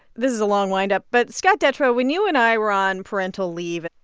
this is a long windup. but, scott detrow, when you and i were on parental leave,